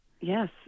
Yes